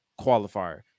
qualifier